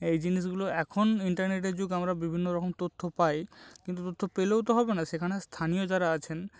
এই জিনিসগুলো এখন ইন্টারনেটের যুগ আমরা বিভিন্ন রকম তথ্য পাই কিন্তু তথ্য পেলেও তো হবে না সেখানে স্থানীয় যারা আছেন